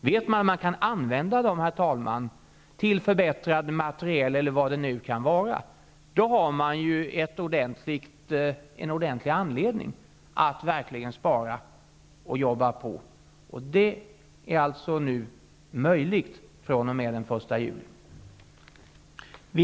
Om man vet att man kan använda pengarna till förbättrad materiel eller vad det nu kan vara, har man en ordentlig anledning att verkligen spara och jobba på. Det är möjligt fr.o.m. den 1 juli.